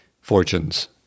fortunes